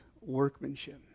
workmanship